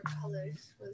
colors